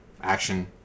action